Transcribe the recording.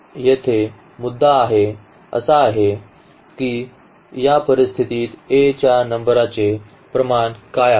तर येथे मुद्दा असा आहे की या परिस्थितीत A च्या नंबराचे प्रमाण काय आहे